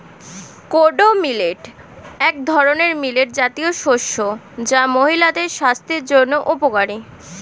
kodo millet এক ধরনের millet জাতীয় শস্য যা মহিলাদের স্বাস্থ্যের জন্য উপকারী